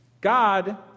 God